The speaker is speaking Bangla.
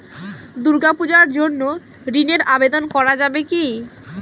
দুর্গাপূজার জন্য ঋণের আবেদন করা যাবে কি?